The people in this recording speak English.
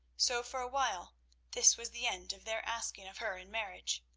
so for a while this was the end of their asking of her in marriage.